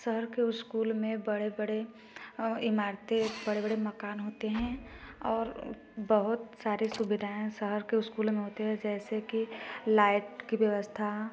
शहर के स्कूल में बड़े बड़े इमारतें बड़े बड़े मकान होते हैं और बहुत सारी सुविधाएँ शहर के स्कूलों में होते है जैसे कि लाइट की व्यवस्था